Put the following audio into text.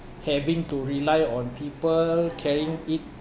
having to rely on people carrying it